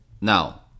now